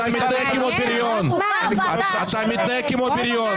אתה תקרא לעצמך לסדר, אתה מתנהג כמו בריון.